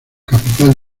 capital